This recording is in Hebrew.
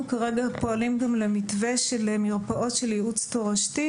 אנחנו כרגע פועלים גם במתווה של מרפאות לייעוץ תורשתי.